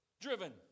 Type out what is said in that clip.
driven